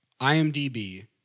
IMDb